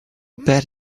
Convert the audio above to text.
bet